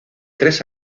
tres